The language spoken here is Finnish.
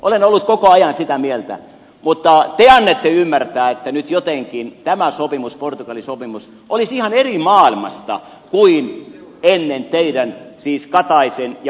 olen ollut koko ajan sitä mieltä mutta te annatte ymmärtää että nyt jotenkin tämä sopimus portugali sopimus olisi ihan eri maailmasta kuin ennen teidän siis kataisen ja urpilaisen sopimustanne